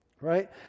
Right